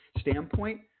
standpoint